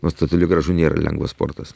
nors tai toli gražu nėra lengvas sportas